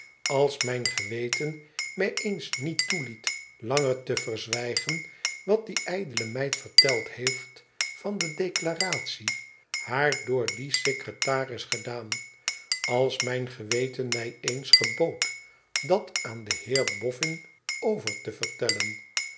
als mijn geweten mij eens niet toeliet langer te verzwijgen wat die ijdele meid verteld heeft van de declaratie haar door dien secretaris gedaan als mijn geweten mij eens gebood dat aan den heer boffinover te vertellen